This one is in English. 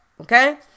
okay